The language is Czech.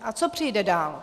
A co přijde dál?